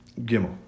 Gimel